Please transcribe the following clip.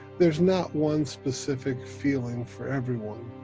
there's not one specific feeling for everyone,